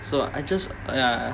so I just uh ya